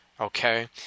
okay